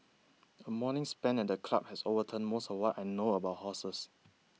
a morning spent at the club has overturned most of what I know about horses